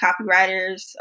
copywriters